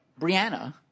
Brianna